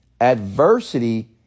adversity